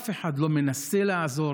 אף אחד לא מנסה לעזור,